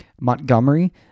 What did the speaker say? Montgomery